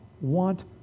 want